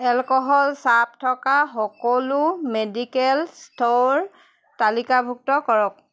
alcohol থকা সকলো medical store তালিকাভুক্ত কৰক